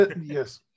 Yes